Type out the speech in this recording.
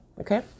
Okay